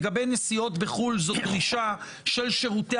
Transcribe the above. לגבי נסיעות לחו"ל זאת דרישה של שירותי